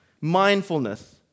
mindfulness